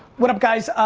what up guys?